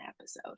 episode